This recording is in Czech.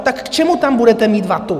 Tak k čemu tam budete mít vatu?